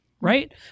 right